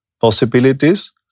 possibilities